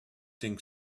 think